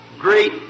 Great